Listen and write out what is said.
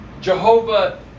Jehovah